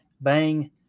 Bang